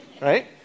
Right